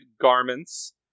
garments